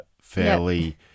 fairly